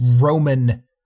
Roman